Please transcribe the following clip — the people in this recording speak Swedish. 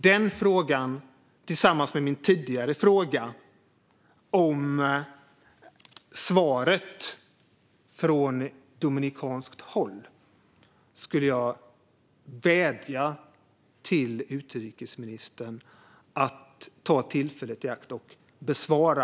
Den frågan tillsammans med min tidigare fråga om svaret från dominikanskt håll skulle jag vädja till utrikesministern att ta tillfället i akt och besvara.